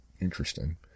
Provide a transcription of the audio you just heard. Interesting